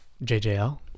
JJL